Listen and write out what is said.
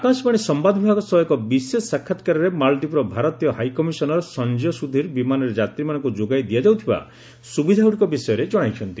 ଆକାଶବାଣୀ ସମ୍ଭାଦ ବିଭାଗ ସହ ଏକ ବିଶେଷ ସାକ୍ଷାତକାରରେ ମାଳଦୀପରେ ଭାରତୀୟ ହାଇକମିଶନର ସଂଜୟ ସୁଧୀର ବିମାନରେ ଯାତ୍ରୀମାନଙ୍କୁ ଯୋଗାଇ ଦିଆଯାଉଥିବା ସୁବିଧାଗୁଡ଼ିକ ବିଷୟରେ ଜଣାଇଛନ୍ତି